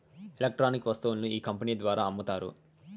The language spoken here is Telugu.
ఎలక్ట్రానిక్ వస్తువులను ఈ కంపెనీ ద్వారా అమ్ముతారు